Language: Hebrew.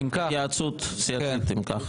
אם כך,